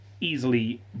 easily